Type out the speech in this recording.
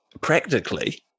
practically